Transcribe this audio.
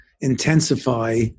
intensify